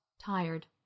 tired